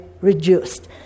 reduced